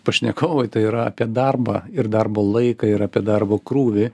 pašnekovui tai yra apie darbą ir darbo laiką ir apie darbo krūvį